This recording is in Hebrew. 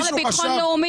כשהשר לביטחון לאומי